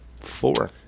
Four